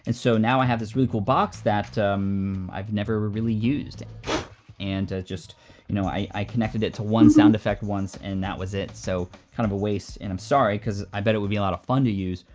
and so now i have this really cool box that i've never really used. and you know, i i connected it to one sound effect once, and that was it, so kind of a waste, and i'm sorry because i bet it would be a lot of fun to use,